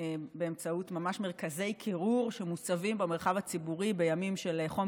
באמצעות ממש מרכזי קירור שמוצבים במרחב הציבורי בימים של חום